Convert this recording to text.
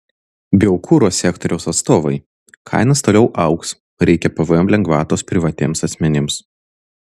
biokuro sektoriaus atstovai kainos toliau augs reikia pvm lengvatos privatiems asmenims